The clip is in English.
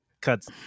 cuts